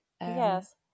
yes